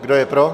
Kdo je pro?